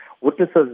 witnesses